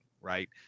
right